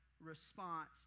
response